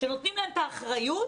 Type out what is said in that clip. שנותנים להם את האחריות,